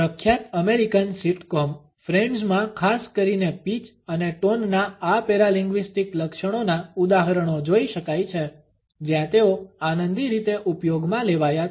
પ્રખ્યાત American sitcom Friends માં ખાસ કરીને પીચ અને ટોનનાં આ પેરાલિન્ગ્વીસ્ટિક લક્ષણોનાં ઉદાહરણો જોઈ શકાય છે જ્યાં તેઓ આનંદી રીતે ઉપયોગમાં લેવાયા છે